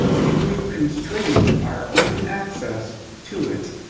if we've constrained our own access to it.